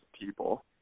people